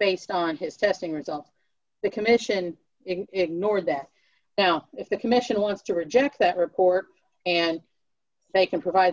based on his testing results the commission ignore that now if the commission wants to reject that report and they can provide